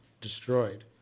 destroyed